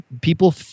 people